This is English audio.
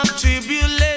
tribulation